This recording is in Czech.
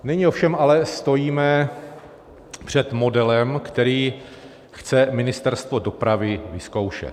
Nyní ovšem ale stojíme před modelem, který chce Ministerstvo dopravy vyzkoušet.